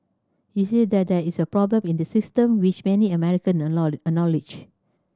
he said that there is a problem in the system which many American acknowledged